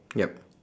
yup